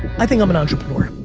i think i'm an entrepreneur.